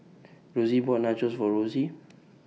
Rosy bought Nachos For Rosy